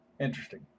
Interesting